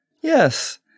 Yes